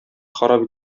харап